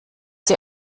sie